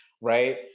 right